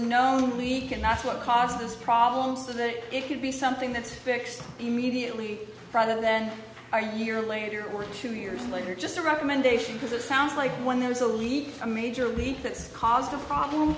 known leak and that's what caused those problems today it could be something that's fixed immediately rather then our year later or two years later just a recommendation because it sounds like when there's a leak a major leak that's caused a problem